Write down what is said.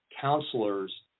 counselors